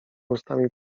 ustami